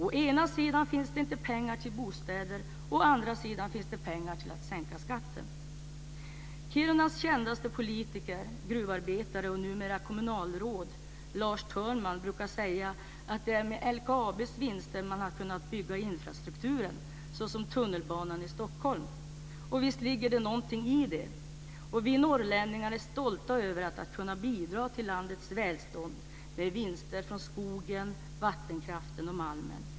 Å ena sidan finns det inte pengar till bostäder och å andra sidan finns det pengar till att sänka skatten. Kirunas mest kände politiker, gruvarbetaren och numera kommunalrådet Lars Törnman, brukar säga att det är med LKAB:s vinster som man har kunnat bygga infrastrukturen såsom tunnelbanan i Stockholm. Visst ligger det någonting i det. Vi norrlänningar är stolta över att ha kunnat bidra till landets välstånd med vinster från skogen, vattenkraften och malmen.